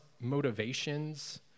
motivations